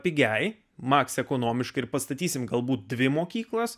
pigiai maks ekonomiškai ir pastatysime galbūt dvi mokyklas